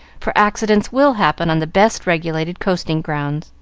for accidents will happen on the best-regulated coasting-grounds.